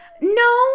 No